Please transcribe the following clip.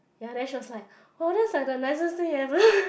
ya then she was like oh that's like the nicest thing you ever